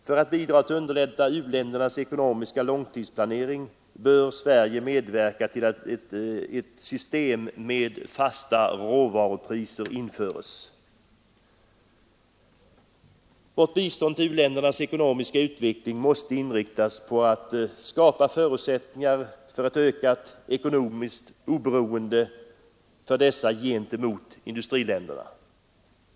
För att bidraga till att underlätta u-ländernas ekonomiska långtidsplanering bör Sverige medverka till att ett system med fasta råvarupriser införs. Vårt bistånd till u-ländernas ekonomiska utveckling måste inriktas på att skapa resurser för ett ökat ekonomiskt oberoende för dessa gentemot i-länderna.